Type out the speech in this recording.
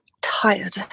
Tired